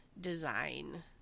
design